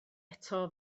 eto